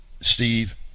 Steve